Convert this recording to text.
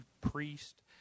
priest